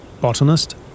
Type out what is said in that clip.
Botanist